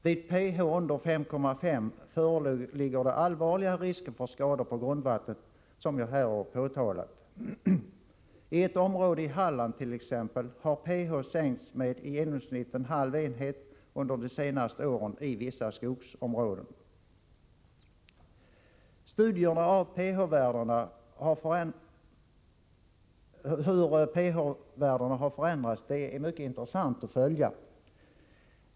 Vid pH under 5,5 föreligger det allvarliga risker för skador på grundvattnet, som jag här har påtalat. I t.ex. vissa skogsområden i Halland har under de senaste åren pH sänkts med i genomsnitt en halv enhet. Studierna av hur pH-värdena har förändrats är mycket intressanta att följa.